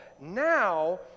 now